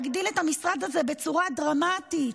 להגדיל את המשרד הזה בצורה דרמטית.